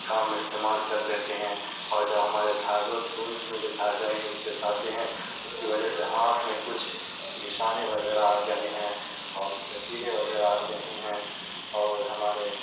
کام استعمال کر لیتے ہیں اور جب ہمارے دھاگے سوئی میں جب دھاگے ہم لوگ پھنساتے ہیں اس کی وجہ سے ہاتھ میں کچھ نشان وغیرہ آ گئے ہیں اور وغیرہ آ گئے ہیں اور ہمارے